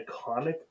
iconic